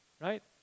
right